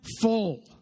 full